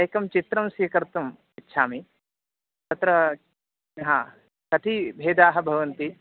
एकं चित्रं स्वीकर्तुम् इच्छामि तत्र कति भेदाः भवन्ति